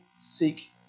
seek